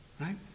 Right